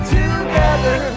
together